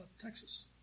Texas